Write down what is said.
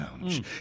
Lounge